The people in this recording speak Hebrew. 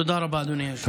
תודה רבה, אדוני היושב-ראש.